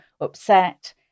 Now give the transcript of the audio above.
upset